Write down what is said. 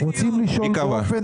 רוצים לשאול --- מי קבע?